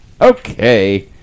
Okay